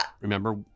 Remember